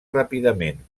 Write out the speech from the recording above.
ràpidament